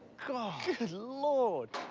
good lord!